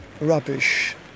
rubbish